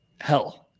hell